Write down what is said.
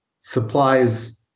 supplies